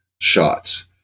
shots